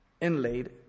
inlaid